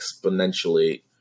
exponentially